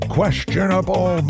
Questionable